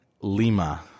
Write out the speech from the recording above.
Lima